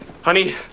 honey